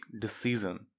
decision